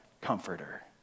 comforter